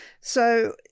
So-